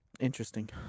Interesting